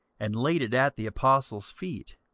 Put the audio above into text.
and laid it at the apostles' feet.